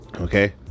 okay